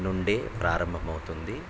నుండే ప్రారంభమవుతుంది